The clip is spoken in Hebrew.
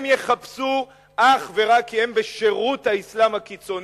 הם יחפשו אך ורק, כי הם בשירות האסלאם הקיצוני.